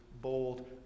bold